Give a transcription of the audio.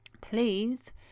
please